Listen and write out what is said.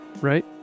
right